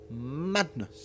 Madness